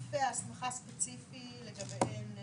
סעיף הסמכה ספציפי לגביהן בחוק,